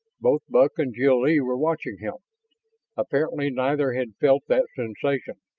both buck and jil-lee were watching him apparently neither had felt that sensation.